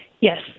Yes